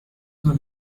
were